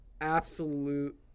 Absolute